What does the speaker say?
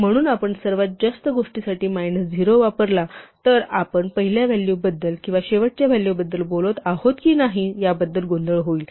म्हणून आपण सर्वात जास्त गोष्टीसाठी मायनस 0 वापरला तर आपण पहिल्या व्हॅल्यू बद्दल किंवा शेवटच्या व्हॅल्यू बद्दल बोलत आहोत की नाही याबद्दल गोंधळ होईल